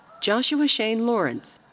joshuah shayne lawrence.